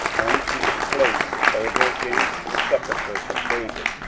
unto the place over against the sepulchres of david,